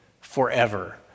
forever